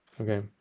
Okay